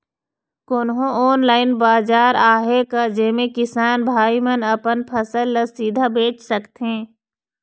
कोन्हो ऑनलाइन बाजार आहे का जेमे किसान भाई मन अपन फसल ला सीधा बेच सकथें?